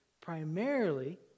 primarily